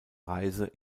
reise